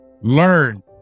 learn